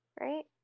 right